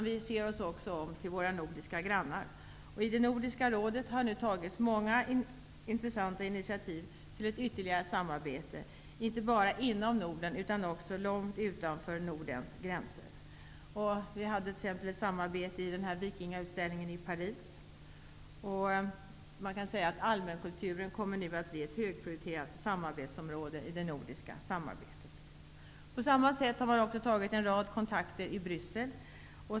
Vi ser det också i våra nordiska grannländer. I Nordiska rådet har det tagits många intressanta initiativ till ytterligare samarbete, inte bara inom Norden utan också långt utanför Nordens gränser. Vi hade t.ex. ett samarbete i Vikingautställningen i Paris. Man kan säga att allmänkulturen kommer att bli ett högprioriterat samarbetsområde i det nordiska samarbetet. På samma sätt har vi tagit en rad kontakter i Bryssel.